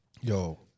Yo